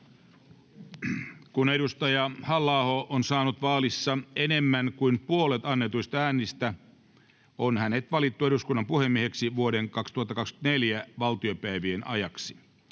Kun Jussi Halla-aho on saanut vaalissa enemmän kuin puolet annetuista hyväksytyistä äänistä, on hänet valittu eduskunnan puhemieheksi vuoden 2024 valtiopäivien ajaksi.